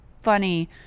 funny